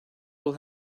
will